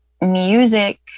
music